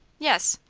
yes.